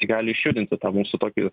gali išjudinti tą mūsų tokį